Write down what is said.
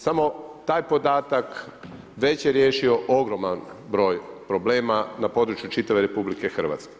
Samo taj podatak već je riješio ogroman broj problema na području čitave RH.